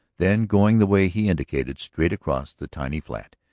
then going the way he indicated, straight across the tiny flat,